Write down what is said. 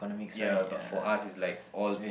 ya but for us it's like all